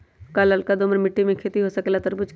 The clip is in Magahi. का लालका दोमर मिट्टी में खेती हो सकेला तरबूज के?